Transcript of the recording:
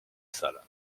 salle